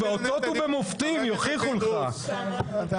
באותות ובמופתים יוכיחו אותך --- זרע בית דוד.